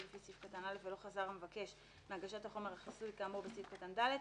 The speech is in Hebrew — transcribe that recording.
לפי סעיף קטן (א) ולא חזר המבקש מהגשת החומר החסוי כאמור בסעיף קטן (ד),